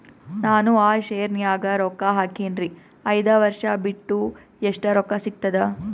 ನಾನು ಆ ಶೇರ ನ್ಯಾಗ ರೊಕ್ಕ ಹಾಕಿನ್ರಿ, ಐದ ವರ್ಷ ಬಿಟ್ಟು ಎಷ್ಟ ರೊಕ್ಕ ಸಿಗ್ತದ?